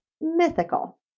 mythical